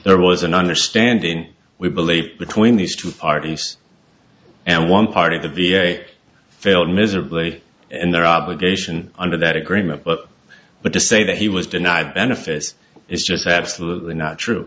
there was an understanding we believe between these two parties and one party the v a failed miserably and their obligation under that agreement but but to say that he was denied benefits is just absolutely not true